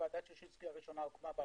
ועדת שינסקי הראשונה הוקמה ב-2010,